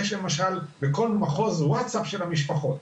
יש למשל בכל מחוז קבוצת ווטסאפ של המשפחות.